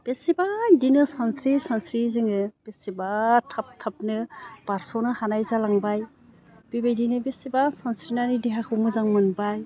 बेसेबा बिदिनो सानस्रियै सानस्रियै जोङो बेसेबा थाब थाबनो बारस'नो हानाय जालांबाय बेबायदिनो बेसेबा सानस्रिनानै देहाखौ मोजां मोनबाय